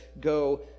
go